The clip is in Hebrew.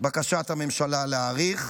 בקשת הממשלה להאריך,